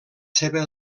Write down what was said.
seva